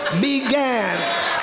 began